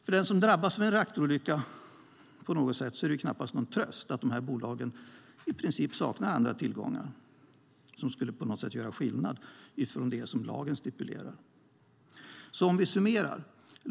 För den som drabbas av en reaktorolycka är det knappast en tröst att bolagen i princip saknar andra tillgångar som kan göra skillnad från det som lagen stipulerar. Låt mig summera.